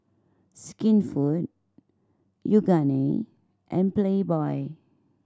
Skinfood Yoogane and Playboy